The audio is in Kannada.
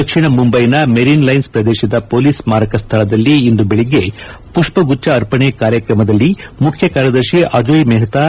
ದಕ್ಷಿಣ ಮುಂಬೈನ ಮೇರಿನ್ ಲೈನ್ಸ್ ಪ್ರದೇಶದ ಪೊಲೀಸ್ ಸ್ಮಾರಕ ಸ್ವಳದಲ್ಲಿ ಇಂದು ಬೆಳಗ್ಗೆ ಪುಷ್ನಗುಚ್ದ ಅರ್ಪಣೆ ಕಾರ್ಯಕ್ರಮದಲ್ಲಿ ಮುಖ್ಯ ಕಾರ್ಯದರ್ಶಿ ಅಜೋಯ್ ಮೆಹ್ತಾ